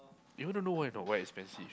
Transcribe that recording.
you want to know why not why expensive